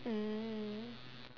mm